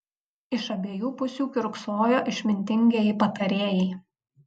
iš abiejų pusių kiurksojo išmintingieji patarėjai